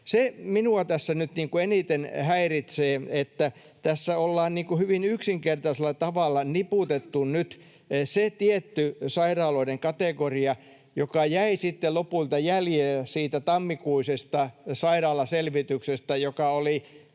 Se minua tässä nyt eniten häiritsee, että tässä ollaan hyvin yksinkertaisella tavalla niputettu se tietty sairaaloiden kategoria, joka jäi sitten lopulta jäljelle siitä tammikuisesta sairaalaselvityksestä, joka oli